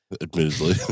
admittedly